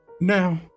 Now